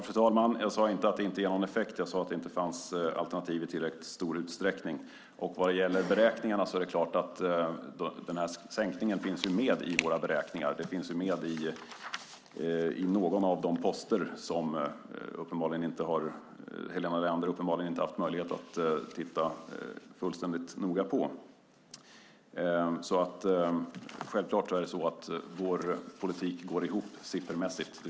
Fru talman! Jag sade inte att det inte ger någon effekt. Jag sade att det inte finns alternativ i tillräckligt stor utsträckning. Vad gäller beräkningarna finns sänkningen med i våra beräkningar. Den finns med i någon av de poster som Helena Leander uppenbarligen inte haft möjlighet att titta fullständigt och noga på. Självklart går vår politik ihop siffermässigt.